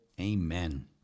amen